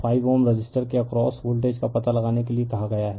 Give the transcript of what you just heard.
तो इसे 5Ω रेसिस्टर के अक्रॉस वोल्टेज का पता लगाने के लिए कहा गया है